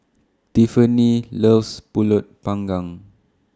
Tiffanie loves Pulut Panggang